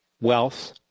wealth